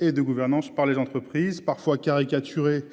et de gouvernance par les entreprises parfois caricaturé